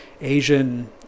Asian